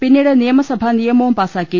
പിന്നീട് നിയമസഭ നിയമവും പാസാക്കി